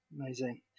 Amazing